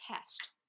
test